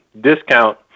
discount